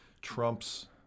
trumps